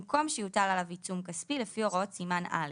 במקום שיוטל עליו העיצום כספי לפי הוראות סימן א'.